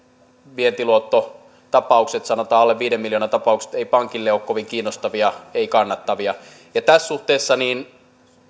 vientiluottotapaukset sanotaan alle viiden miljoonan tapaukset eivät pankille ole kovin kiinnostavia tai kannattavia tässä suhteessa